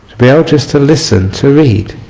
be able just to listen, to read.